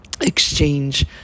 exchange